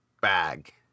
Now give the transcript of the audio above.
bag